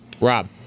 Rob